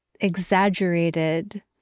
exaggerated